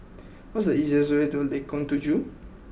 what is the easiest way to Lengkong Tujuh